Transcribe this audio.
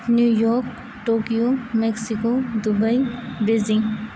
new York Tokyo Mexico Dubai Beijing